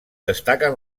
destaquen